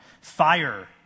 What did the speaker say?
fire